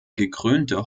gekrönte